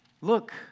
Look